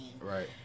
Right